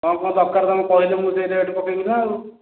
କ'ଣ କ'ଣ ଦରକାର ତୁମେ କହିଲେ ମୁଁ ସିନା ରେଟ୍ ପକାଇବିନା ଆଉ